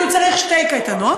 כי הוא צריך שתי קייטנות.